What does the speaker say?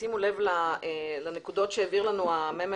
שימו לב לנקודות שהעביר לנו מרכז המחקר